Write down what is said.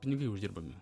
pinigai uždirbami